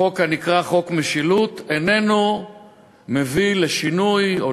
החוק הנקרא "חוק משילות" איננו מביא לשינוי או